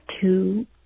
two